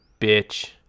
Bitch